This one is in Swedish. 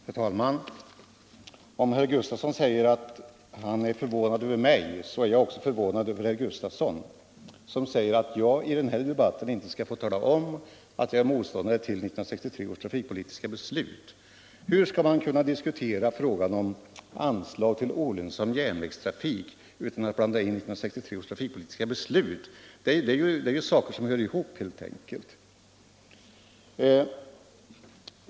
Herr talman! Om herr Sven Gustafson i Göteborg är förvånad över mig så är jag också förvånad över honom, som säger att jag i den här debatten inte skall få tala om att jag är motståndare till 1963 års trafikpolitiska beslut. Hur skall man kunna diskutera frågan om anslag till olönsam järnvägstrafik utan att blanda in 1963 års trafikpolitiska beslut? Det är ju saker som hör ihop.